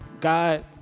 God